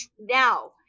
Now